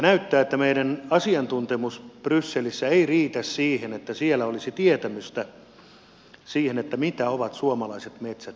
näyttää että meidän asiantuntemuksemme brysselissä ei riitä ja että siellä olisi tietämystä siitä mitä ovat suomalaiset metsät